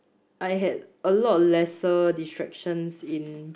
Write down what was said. I had a lot lesser distractions in